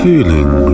Feeling